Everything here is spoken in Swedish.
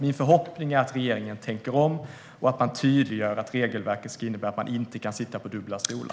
Min förhoppning är att regeringen tänker om och tydliggör att regelverket ska innebära att man inte kan sitta på dubbla stolar.